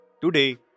Today